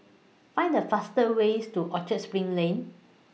Find The fastest Way to Orchard SPRING Lane